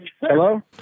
Hello